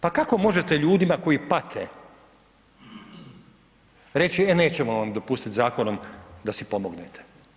Pa kako možete ljudima koji pate, reći, e nećemo vam dopustiti zakonom da si pomognete.